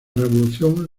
revolución